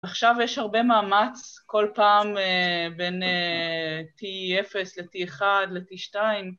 עכשיו יש הרבה מאמץ כל פעם בין T0 ל-T1 ל-T2